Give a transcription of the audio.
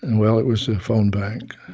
and well, it was a phone bank